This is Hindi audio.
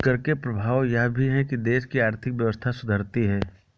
कर के प्रभाव यह भी है कि देश की आर्थिक व्यवस्था सुधरती है